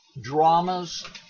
dramas